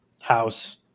House